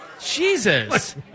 Jesus